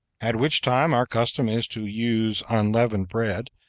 at which time our custom is to use unleavened bread,